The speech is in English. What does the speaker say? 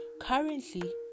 Currently